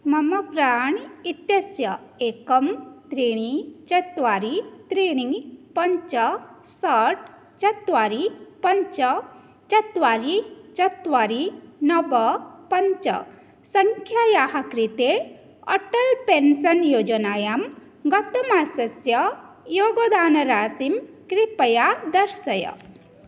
मम प्राण् इत्यस्य एकं त्रीणि चत्वारि त्रीणि पञ्च षट् चत्वारि पञ्च चत्वारि चत्वारि नव पञ्च सङ्ख्यायाः कृते अटलः पेन्सन् योजनायां गतमासस्य योगदानराशिं कृपया दर्शय